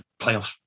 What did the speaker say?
playoffs